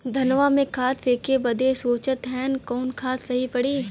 धनवा में खाद फेंके बदे सोचत हैन कवन खाद सही पड़े?